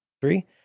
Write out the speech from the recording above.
three